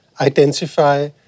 identify